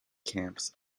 camps